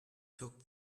took